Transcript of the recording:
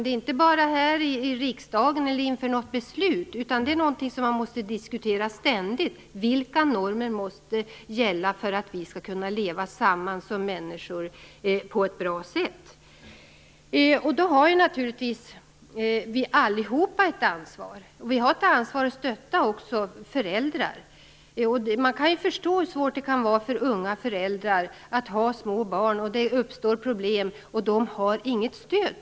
Det skall inte ske bara här i riksdagen eller inför ett beslut, utan det är någonting som man ständigt måste diskutera. Vilka normer måste gälla för att vi skall kunna leva samman som människor på ett bra sätt? Vi har naturligtvis ett ansvar allihop. Vi har ett ansvar att stötta föräldrar. Man kan förstå hur svårt det kan vara för unga föräldrar att ha små barn. Det uppstår problem, och de har inget stöd.